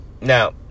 Now